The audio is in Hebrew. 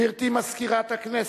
גברתי מזכירת הכנסת,